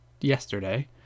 yesterday